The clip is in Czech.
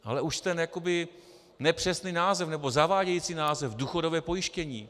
Ale už ten jakoby nepřesný název, nebo zavádějící název důchodové pojištění.